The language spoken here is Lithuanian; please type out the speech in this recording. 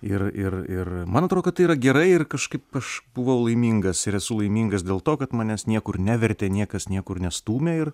ir ir ir man atrodo kad tai yra gerai ir kažkaip aš buvau laimingas ir esu laimingas dėl to kad manęs niekur nevertė niekas niekur nestūmė ir